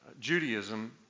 Judaism